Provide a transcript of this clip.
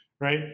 right